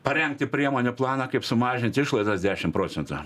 parengti priemonių planą kaip sumažint išlaidas dešim procentų